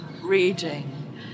reading